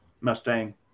mustang